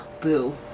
Boo